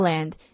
Land